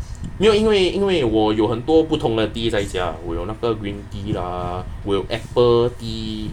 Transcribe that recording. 没有因为因为我有很多不同的 tea 在家我有那个 green tea ah 我有 apple tea